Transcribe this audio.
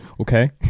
okay